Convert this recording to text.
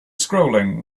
scrolling